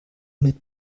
mit